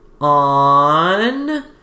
on